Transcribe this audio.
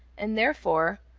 and therefore,